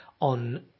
on